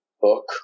book